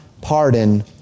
pardon